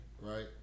right